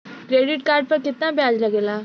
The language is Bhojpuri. क्रेडिट कार्ड पर कितना ब्याज लगेला?